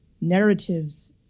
narratives